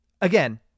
again